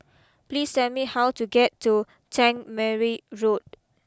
please tell me how to get to Tangmere Road